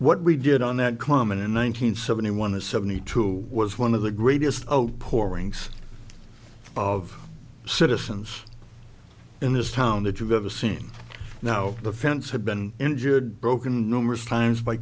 what we did on that common in one nine hundred seventy one and seventy two was one of the greatest outpourings of citizens in this town that you've ever seen now the fence had been injured broken numerous times by